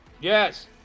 Yes